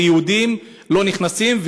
וערבים לא נכנסים.